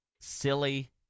silly